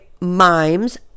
mimes